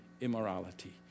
immorality